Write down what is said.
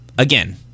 Again